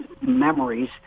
memories